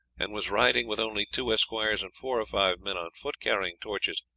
and was riding with only two esquires and four or five men on foot carrying torches,